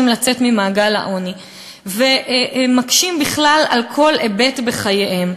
לצאת ממעגל העוני ומקשים בכלל על כל היבט בחייהן.